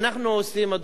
אדוני היושב-ראש,